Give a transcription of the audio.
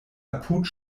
apud